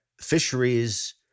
fisheries